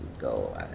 go